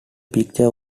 picture